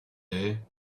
day